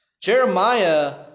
Jeremiah